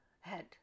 head